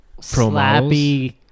slappy